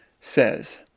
says